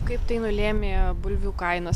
kaip tai nulėmė bulvių kainas